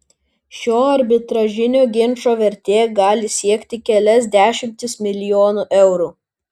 šio arbitražinio ginčo vertė gali siekti kelias dešimtis milijonų eurų